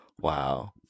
Wow